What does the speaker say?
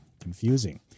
confusing